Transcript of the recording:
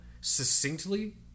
succinctly